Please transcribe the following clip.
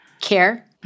Care